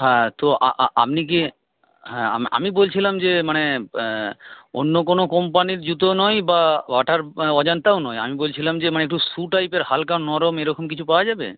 হ্যাঁ তো আপনি কি হ্যাঁ আমি বলছিলাম যে মানে অন্য কোনো কোম্পানির জুতো নয় বা বাটার অজান্তায় নয় আমি বলছিলাম যে একটু শু টাইপের হালকা নরম এইরকম কিছু পাওয়া যাবে